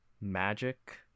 magic